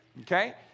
okay